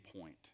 point